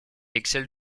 excelle